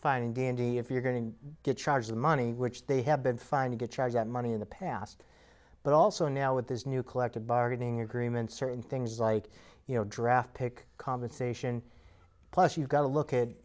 fine and dandy if you're going to get charged money which they have been fine to charge that money in the past but also now with this new collective bargaining agreement certain things like you know draft pick compensation plus you've got to look